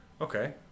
Okay